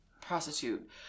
prostitute